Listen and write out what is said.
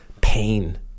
pain